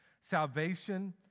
salvation